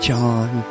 John